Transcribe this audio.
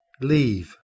leave